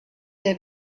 der